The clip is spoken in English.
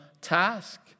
task